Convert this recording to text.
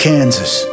Kansas